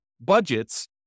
budgets